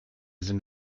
sind